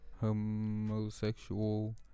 Homosexual